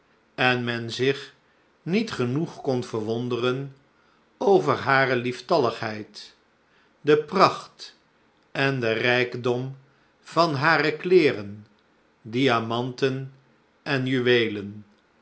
en men zich niet genoeg kon verwonderen over hare lieftalligheid de pracht en den rijkdom van hare kleêren diamanten en juweelen